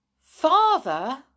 Father